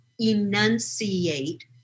enunciate